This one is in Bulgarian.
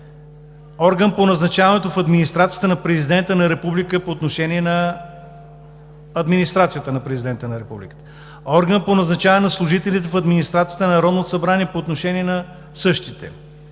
органът по назначаването в Администрацията на Президента на Републиката по отношение на администрацията на Президента на Републиката; органът по назначаване на служителите в администрацията на Народното събрание по отношение на същите.